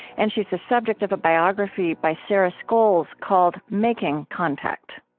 and she's the subject of a biography by sarah scoles called making contact